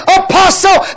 apostle